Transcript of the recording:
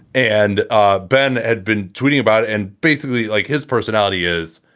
and ah ben had been tweeting about it. and basically, like his personality is,